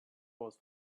was